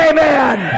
Amen